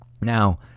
Now